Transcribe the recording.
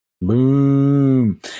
Boom